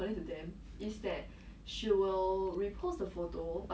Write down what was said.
what does that mean so she want to get the free thing lah